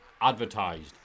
advertised